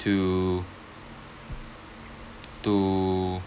to to